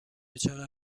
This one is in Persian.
چقدر